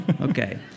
Okay